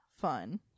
fun